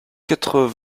quatre